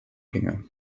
ginge